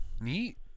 Neat